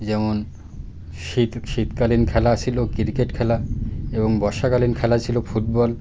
যেমন শীত শীতকালীন খেলা ছিল ক্রিকেট খেলা এবং বর্ষাকালীন খেলা ছিল ফুটবল